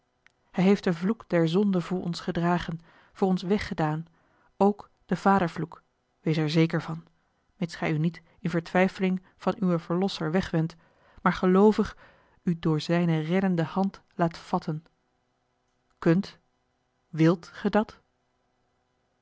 hij heeft den vloek der zonde voor ons gedragen voor ons weggedaan ook den vadervloek wees er zeker van mits gij u niet in vertwijfeling van uwen verlosser wegwendt maar geloovig u door zijne reddende hand laat vatten kunt wilt gij dat